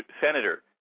Senator